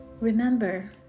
Remember